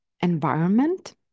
environment